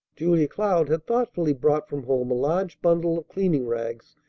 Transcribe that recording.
julia cloud had thoughtfully brought from home a large bundle of cleaning-rags,